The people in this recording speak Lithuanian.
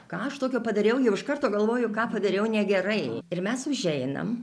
ką aš tokio padariau jau iš karto galvoju ką padariau negerai ir mes užeinam